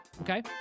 okay